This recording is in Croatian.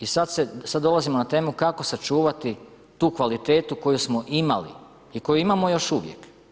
I sad dolazimo na temu kako sačuvati tu kvalitetu koju smo imali i koju imamo još uvijek.